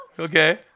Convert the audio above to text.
Okay